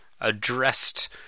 addressed